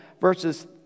verses